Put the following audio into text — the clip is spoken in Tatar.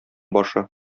башы